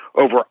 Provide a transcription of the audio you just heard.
over